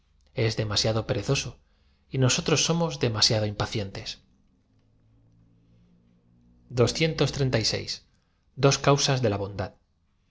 es demasiado perezoso y nosotros somos demasiado impacientes o causas de la bondad